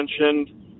mentioned